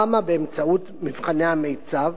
ראמ"ה, באמצעות מבחני המיצ"ב